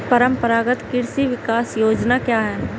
परंपरागत कृषि विकास योजना क्या है?